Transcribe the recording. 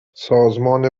سازمان